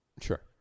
sure